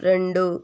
రెండు